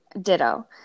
ditto